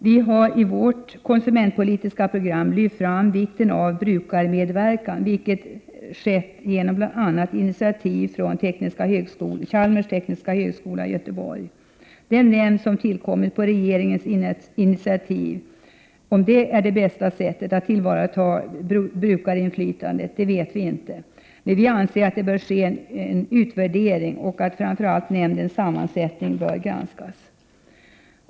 Vi har i vårt konsumentpolitiska program lyft fram vikten av brukarmedverkan, som skett genom initiativ från bl.a. Chalmers tekniska högskola i Göteborg. Om den nämnd som tillkommit på regeringens initiativ innebär det bästa sättet att tillvarata brukarinflytandet, det vet vi inte. Men vi anser att det bör ske en utvärdering och att framför allt nämndens sammansättning bör granskas.